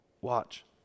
watch